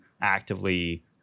actively